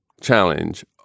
challenge